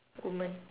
woman